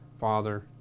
Father